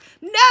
No